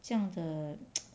这样的